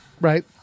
Right